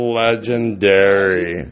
legendary